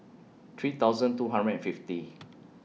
three thousand two hundred and fifty